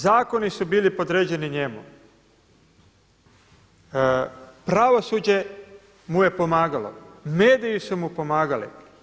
Zakoni su bili podređeni njemu, pravosuđe mu je pomagalo, mediji su mu pomagali.